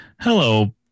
Hello